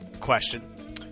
question